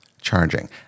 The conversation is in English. charging